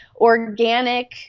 organic